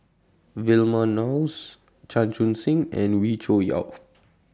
Vilma Laus Chan Chun Sing and Wee Cho Yaw